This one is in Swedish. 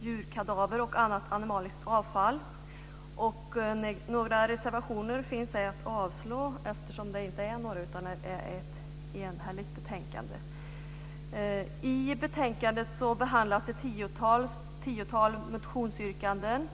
djurkadaver och annat animaliskt avfall. Några reservationer finns inte att avslå, utan det är ett enhälligt betänkande. I betänkandet behandlas ett tiotal motionsyrkanden.